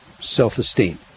self-esteem